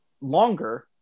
longer